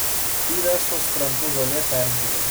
pyvesos krantų žolė perdžiūvo